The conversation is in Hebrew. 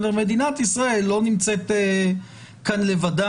מדינת ישראל לא נמצאת כאן לבדה,